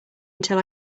until